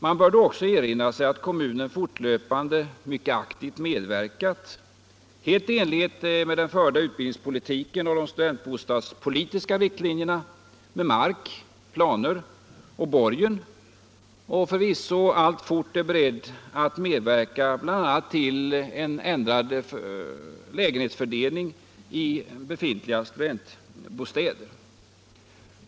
Man bör då också erinra sig att kommunen fortlöpande mycket aktivt har medverkat — helt i enlighet med den förda utbildningspolitiken och de studentbostadspolitiska riktlinjerna — med mark, planer och borgen och förvisso alltfort är beredd att medverka bl.a. till en ändrad lägenhetsfördelning i befintliga studentbostäder.